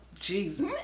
Jesus